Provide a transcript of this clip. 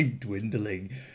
dwindling